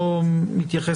אציג